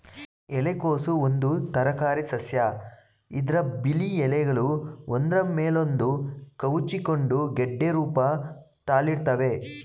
ಎಲೆಕೋಸು ಒಂದು ತರಕಾರಿಸಸ್ಯ ಇದ್ರ ಬಿಳಿ ಎಲೆಗಳು ಒಂದ್ರ ಮೇಲೊಂದು ಕವುಚಿಕೊಂಡು ಗೆಡ್ಡೆ ರೂಪ ತಾಳಿರ್ತವೆ